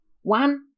One